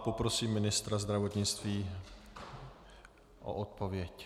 Poprosím ministra zdravotnictví o odpověď.